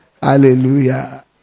Hallelujah